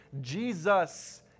Jesus